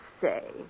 say